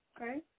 okay